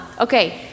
Okay